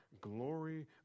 glory